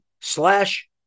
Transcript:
slash